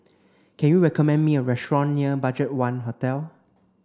can you recommend me a restaurant near BudgetOne Hotel